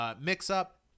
mix-up